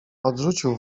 odrzucił